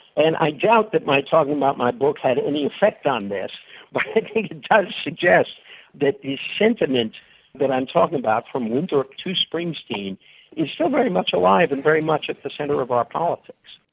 and i doubt that my talking about my book had any effect on this but i think it does suggest that the sentiment that i'm talking about from winthrop to springsteen is still very much alive and very much at the centre of our politics.